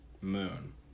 moon